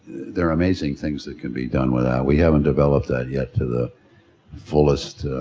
there are amazing things that can be done with that, we haven't developed that yet to the fullest